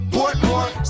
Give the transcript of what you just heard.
Portmore